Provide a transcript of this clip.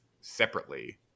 separately